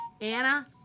Anna